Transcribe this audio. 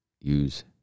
Use